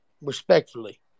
respectfully